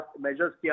measures